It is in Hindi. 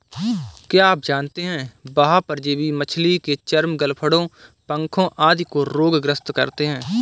क्या आप जानते है बाह्य परजीवी मछली के चर्म, गलफड़ों, पंखों आदि को रोग ग्रस्त करते हैं?